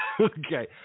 Okay